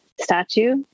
statue